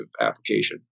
application